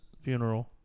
funeral